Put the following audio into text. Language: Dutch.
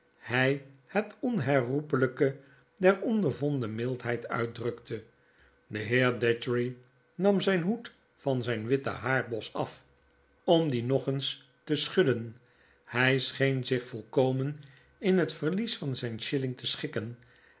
hy het onherroepelpe der ondervonden miidheid uitdrukte de heer datchery nam zp hoed van zp witten haarbos af om dien nog eensteschudden hy scheen zich volkomen in het verlies van zp shilling te schikken